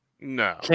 No